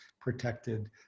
protected